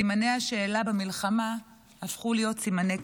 סימני השאלה במלחמה הפכו להיות סימני קריאה: